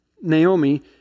Naomi